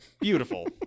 beautiful